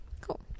Cool